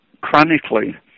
chronically